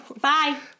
Bye